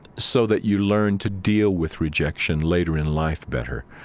so that you learn to deal with rejection later in life better.